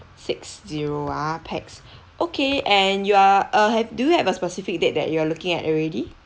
six zero ah pax okay and you are uh have do you have a specific date that you are looking at already